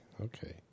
Okay